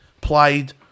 Played